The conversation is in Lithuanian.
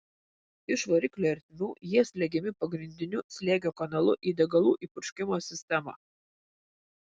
iš variklio ertmių jie slegiami pagrindiniu slėgio kanalu į degalų įpurškimo sistemą